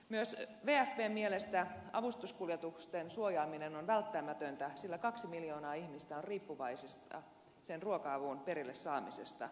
myös wfpn mielestä avustuskuljetusten suojaaminen on välttämätöntä sillä kaksi miljoonaa ihmistä on riippuvaisia sen ruoka avun perille saamisesta